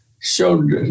showed